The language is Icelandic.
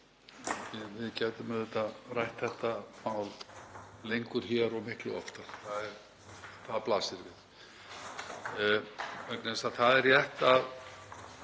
Við getum auðvitað rætt þetta lengur hér og miklu oftar, það blasir við. Það er rétt að